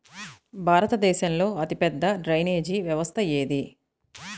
భారతదేశంలో అతిపెద్ద డ్రైనేజీ వ్యవస్థ ఏది?